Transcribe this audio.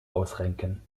ausrenken